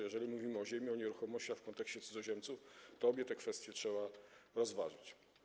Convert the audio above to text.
Jeżeli mówimy o ziemi, o nieruchomościach w kontekście cudzoziemców, to obie te kwestie trzeba rozważyć.